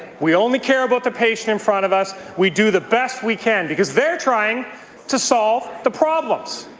we only care about the patient in front of us. we do the best we can because they're trying to solve the problems.